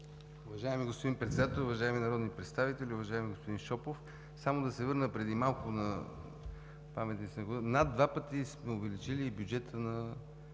Уважаеми господин Председател, уважаеми народни представители, уважаеми господин Шопов! Само да се върна на паметниците на културата: над два пъти сме увеличили бюджета на